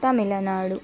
Tamil Nadu